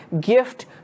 gift